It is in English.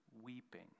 weeping